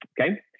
Okay